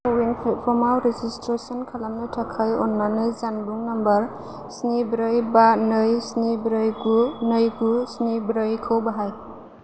क विन प्लेटफर्मआव रेजिस्ट्रेसन खालामनो थाखाय अन्नानै जानबुं नम्बर स्नि ब्रै बा नै स्नि ब्रै गु नै गु स्नि ब्रैखौ बाहाय